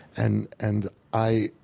and and i,